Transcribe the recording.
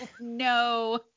No